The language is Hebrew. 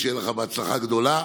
שיהיה לך בהצלחה גדולה,